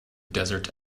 desert